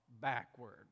Backward